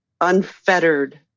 unfettered